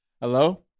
hello